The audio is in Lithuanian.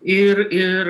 ir ir